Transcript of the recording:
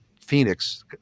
phoenix